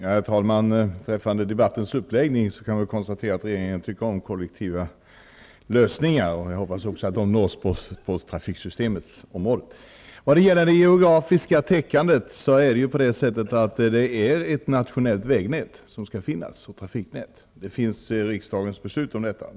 Herr talman! Beträffande debattens uppläggning kan jag konstatera att regeringen tycker om kollektiva lösningar. Jag hoppas att sådana nås också på trafiksystemets område. Vad gäller det geografiska täckandet kan man konstatera att det skall finnas ett nationellt väg och trafiknät. Det finns riksdagsbeslut om detta.